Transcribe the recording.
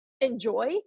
enjoy